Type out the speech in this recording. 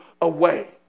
away